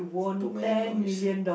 too many noise